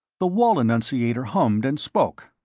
the wall annunciator hummed and spoke.